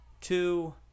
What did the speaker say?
Two